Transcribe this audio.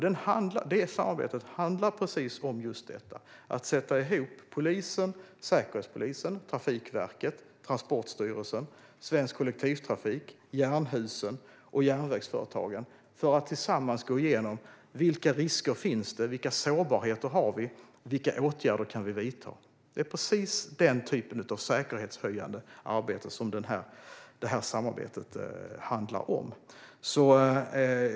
Detta samarbete handlar om just detta - att sätta ihop polisen, säkerhetspolisen, Trafikverket, Transportstyrelsen, Svensk Kollektivtrafik, Jernhusen och järnvägsföretagen för att de tillsammans ska gå igenom vilka risker som finns, vilka sårbarheter vi har och vilka åtgärder vi kan vidta. Det är precis den typen av säkerhetshöjande arbete som detta samarbete handlar om.